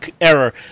error